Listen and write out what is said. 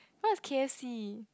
what's K_F_C